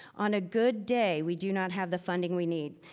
on a good day, we do not have the funding we need,